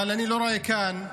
אבל אני לא רואה כאן